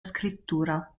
scrittura